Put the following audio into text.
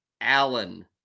Allen